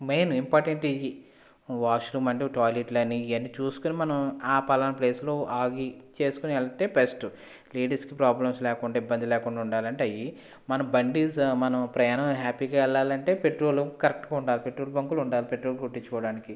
main important ఇవి wash room and టాయిలెట్లని ఇవన్నీ చూసుకుని మనము ఆ పలాన ప్లేస్లో ఆగి చేసుకొని వెళ్ళితే బెస్ట్ లేడీస్కి ప్రాబ్లమ్స్ లేకుండా ఇబ్బంది లేకుండా ఉండాలంటే అవి మన బండి మనం ప్రయాణం హ్యాపీగా వెళ్లాలంటే పెట్రోల్ బంకులు ఉండాలి పెట్రోల్ కొట్టించుకోవడానికి